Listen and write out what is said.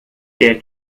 der